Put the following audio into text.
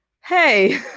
hey